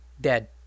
dead